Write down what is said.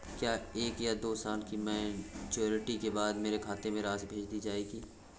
क्या एक या दो साल की मैच्योरिटी के बाद मेरे खाते में राशि भेज दी जाएगी?